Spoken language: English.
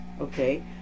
Okay